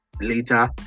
later